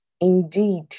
indeed